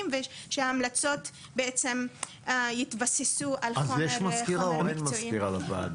ושההמלצות בעצם תתבססנה על חומרים מקצועיים.